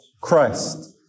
Christ